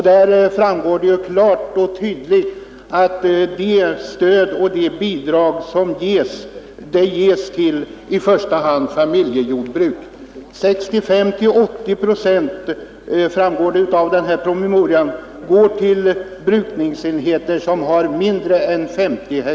Därav framgår klart och tydligt att det stöd och de bidrag som ges går i första hand till familjejordbruk; 65—80 procent går till brukningsenheter som har mindre än 50 ha.